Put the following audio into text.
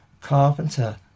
carpenter